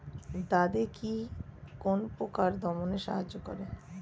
দাদেকি কোন পোকা দমনে সাহায্য করে?